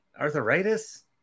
arthritis